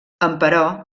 emperò